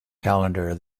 calendar